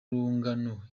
rungano